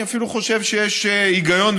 אני אפילו חושב שיש היגיון,